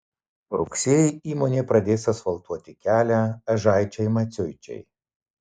rugsėjį įmonė pradės asfaltuoti kelią ežaičiai maciuičiai